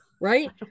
right